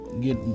get